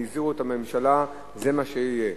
והזהירו את הממשלה שזה מה שיהיה.